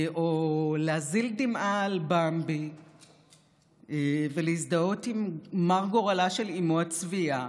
או להזיל דמעה על במבי ולהזדהות עם מר גורלה של אימו הצבייה,